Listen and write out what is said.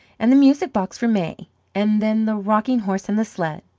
and the music box for may and then the rocking horse and the sled.